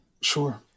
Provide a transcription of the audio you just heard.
Sure